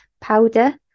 powder